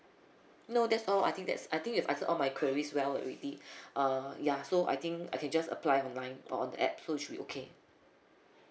no that's all I think that's I think you've answered all my queries well already uh ya so I think I can just apply online or on the app so it should be okay